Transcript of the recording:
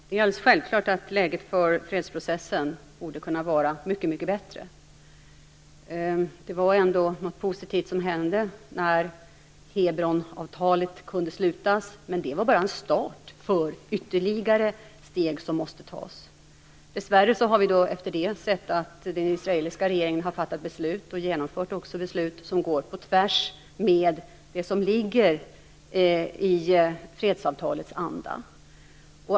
Fru talman! Det är självklart att läget för fredsprocessen borde kunna vara mycket bättre. Det var något positivt som hände när Hebronavtalet kunde slutas, men det var bara en start för de ytterligare steg som måste tas. Dessvärre har vi efter det sett att den israeliska regeringen har fattat och genomfört beslut som går på tvärs med vad som ligger i fredsavtalets anda.